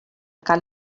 cal